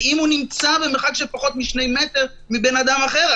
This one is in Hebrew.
ואם הוא נמצא במרחק של פחות משני מ' מבן אדם אחר,